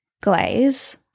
glaze